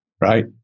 Right